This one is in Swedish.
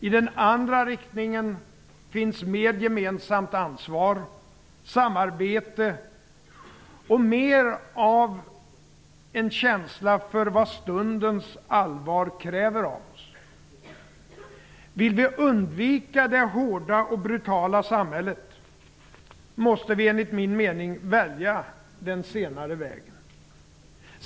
I den andra riktningen finns mer gemensamt ansvar, samarbete och mer av en känsla för vad stundens allvar kräver av oss. Vill vi undvika det hårda och brutala samhället måste vi enligt min mening välja den senare vägen.